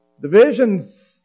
Divisions